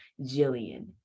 jillian